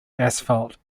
asphalt